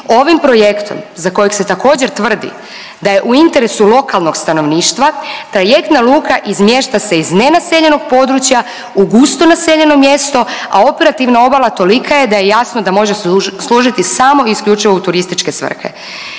Ovim projektom za kojeg se također tvrdi da je u interesu lokalnog stanovništva trajektna luka izmješta se iz nenaseljenog područja u gusto naseljeno mjesto, a operativna obala tolika je da je jasno da može služiti samo i isključivo u turističke svrhe.